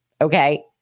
Okay